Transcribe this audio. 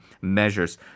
measures